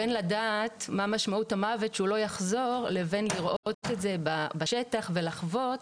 בין לדעת מה משמעות המוות שהוא לא יחזור לבין לראות את זה בשטח ולחוות,